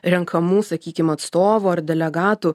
renkamų sakykim atstovų ar delegatų